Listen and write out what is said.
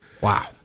Wow